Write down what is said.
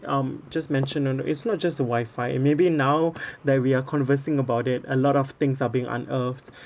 um just mentioned on it's not just the wifi maybe now that we are conversing about it a lot of things are being unearthed